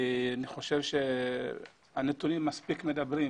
אני חושב שהנתונים מדברים בעד עצמם.